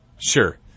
Sure